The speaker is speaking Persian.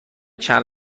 چند